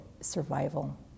survival